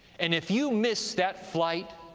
and if you miss that flight,